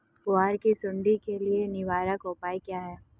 ग्वार की सुंडी के लिए निवारक उपाय क्या है?